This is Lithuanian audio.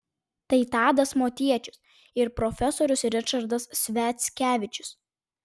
tai tadas motiečius ir profesorius ričardas sviackevičius